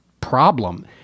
problem